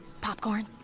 popcorn